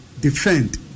defend